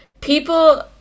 People